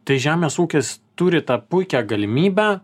tai žemės ūkis turi tą puikią galimybę